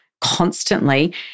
constantly